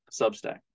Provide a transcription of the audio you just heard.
Substack